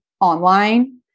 online